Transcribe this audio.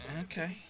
Okay